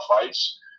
fights